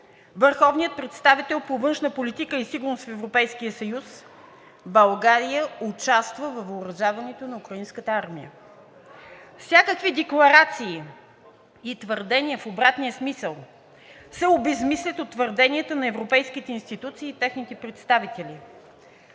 върховният представител по външна политика и сигурност в Европейския съюз: „България участва във въоръжаването на Украинската армия.“ Всякакви декларации и твърдения в обратния смисъл се обезсмислят от твърдението на европейските институции и техните представители.